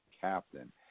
captain